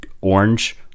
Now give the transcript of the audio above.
orange